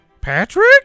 Patrick